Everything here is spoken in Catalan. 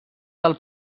del